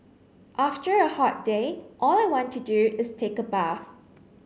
after a hot day all I want to do is take a bath